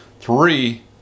Three